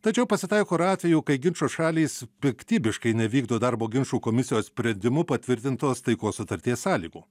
tačiau pasitaiko ir atvejų kai ginčo šalys piktybiškai nevykdo darbo ginčų komisijos sprendimu patvirtintos taikos sutarties sąlygų